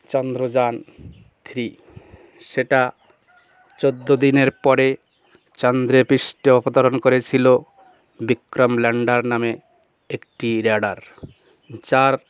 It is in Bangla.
চন্দ্রযান থ্রি সেটা চোদ্দ দিনের পরে চন্দ্রপৃষ্ঠে অবতরণ করেছিলো বিক্রম ল্যান্ডার নামে একটি র্যাডার যার